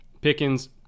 Pickens